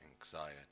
anxiety